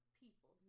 people